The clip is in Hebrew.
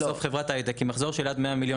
בסוף, חברת הייטק עם מחזור של עד 100 מיליון